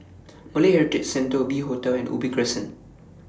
Malay Heritage Centre V Hotel and Ubi Crescent